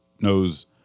knows